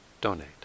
donate